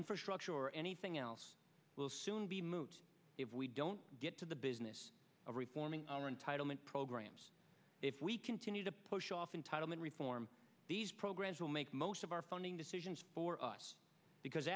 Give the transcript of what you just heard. infrastructure or anything else will soon be moot if we don't get to the business of reforming our entitlement programs if we continue to push off in title and reform these programs will make most of our funding decisions for us because